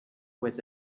with